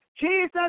Jesus